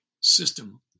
system